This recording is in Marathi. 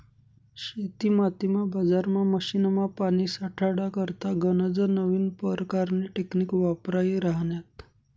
शेतीमातीमा, बजारमा, मशीनमा, पानी साठाडा करता गनज नवीन परकारनी टेकनीक वापरायी राह्यन्यात